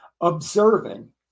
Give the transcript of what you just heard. observing